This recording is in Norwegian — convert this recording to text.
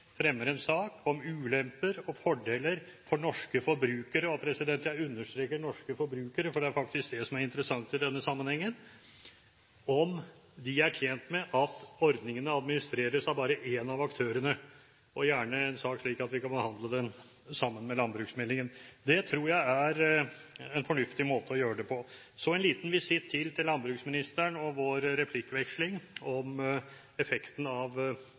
fordeler for norske forbrukere» – jeg understreker norske forbrukere, for det er det som er interessant i denne sammenhengen – og om de er tjent med at ordningene administreres av bare én av aktørene, og gjerne en sak, slik at vi kan behandle den sammen med landbruksmeldingen. Det tror jeg er en fornuftig måte å gjøre det på. Så en liten visitt til til landbruksministeren og vår replikkveksling om effekten av